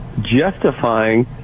justifying